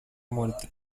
muerte